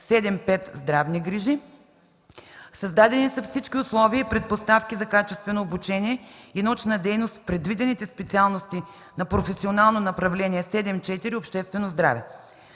7.5 „Здравни грижи”. Създадени са всички условия и предпоставки за качествено обучение и научна дейност по предвидените специалности по професионално направление 7.4 „Обществено здраве”.